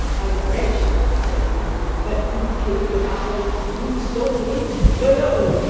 i grant you, said the man but who killed the fowls? who stole the meat? no, no!